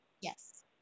Yes